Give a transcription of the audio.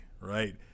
right